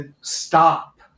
Stop